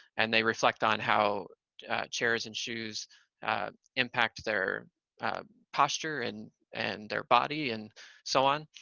and they reflect on how chairs and shoes impact their posture and and their body and so on.